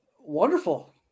wonderful